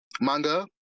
manga